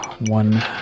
one